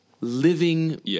Living